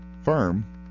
firm